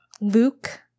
Luke